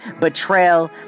betrayal